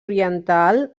oriental